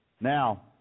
Now